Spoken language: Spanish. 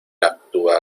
actúa